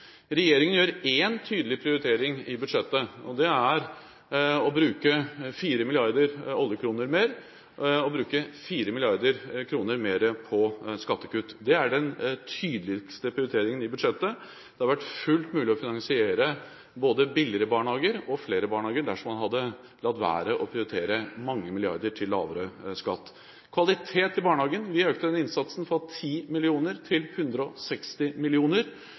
Regjeringen gjør én tydelig prioritering i budsjettet, og det er å bruke 4 mrd. oljekroner mer – 4 mrd. kr mer på skattekutt. Det er den tydeligste prioriteringen i budsjettet. Det hadde vært fullt mulig å finansiere både billigere barnehager og flere barnehager dersom man hadde latt være å prioritere mange milliarder til lavere skatt. Kvalitet i barnehagen: Vi økte den innsatsen fra 10 mill. kr til 160